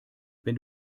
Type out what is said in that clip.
wenn